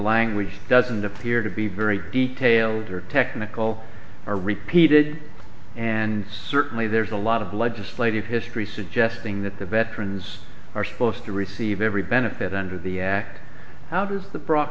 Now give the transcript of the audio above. language doesn't appear to be very detailed or technical or repeated and certainly there's a lot of legislative history suggesting that the veterans are supposed to receive every benefit under the act how does the br